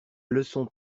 leçon